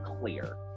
clear